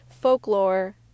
folklore